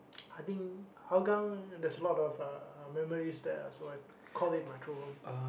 I think Hougang there's a lot of uh memories there so I call it my true home